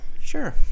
Sure